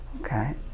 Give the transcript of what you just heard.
Okay